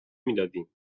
میدادیم